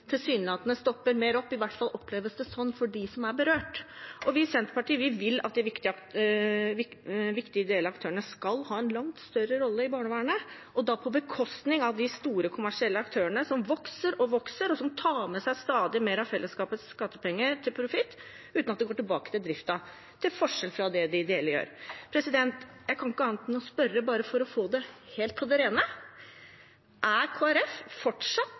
tilsynelatende stopper mer opp. I hvert fall oppleves det sånn for dem som er berørt. Og vi i Senterpartiet vil at de viktige delaktørene skal ha en langt større rolle i barnevernet, og da på bekostning av de store kommersielle aktørene som vokser og vokser, og som tar med seg stadig mer av fellesskapets skattepenger til profitt uten at det går tilbake til driften – til forskjell fra det de ideelle gjør. Jeg kan ikke annet enn å spørre, bare for å få det helt på det rene: Er Kristelig Folkeparti fortsatt